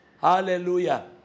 Hallelujah